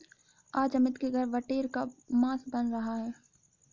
आज अमित के घर बटेर का मांस बन रहा है